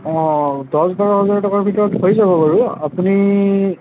অঁ অঁ দহ বাৰ হাজাৰ টকাৰ ভিতৰত হৈ যাব বাৰু আপুনি